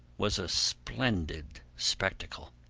was a splendid spectacle.